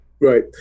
Right